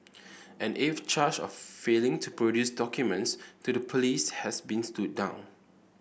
an eighth charge of failing to produce documents to the police has been stood down